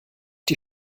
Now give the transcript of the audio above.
die